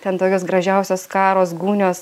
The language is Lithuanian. ten tokios gražiausios skaros gūnios